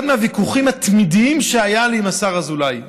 אחד הוויכוחים התמידיים שהיו לי עם השר אזולאי,